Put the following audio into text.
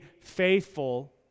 faithful